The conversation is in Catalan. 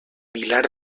vilar